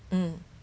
mm